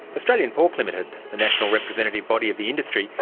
australian pork ltd, the national representative body of the industry,